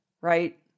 right